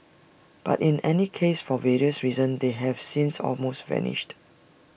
but in any case for various reasons they have since almost vanished